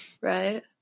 Right